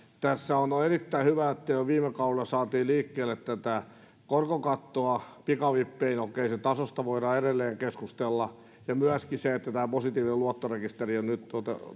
on on erittäin hyvä että jo viime kaudella saatiin liikkeelle tätä korkokattoa pikavippeihin okei sen tasosta voidaan edelleen keskustella ja myöskin se että tämä positiivinen luottorekisteri on nyt